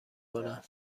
کنم